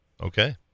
Okay